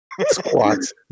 squats